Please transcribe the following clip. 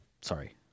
sorry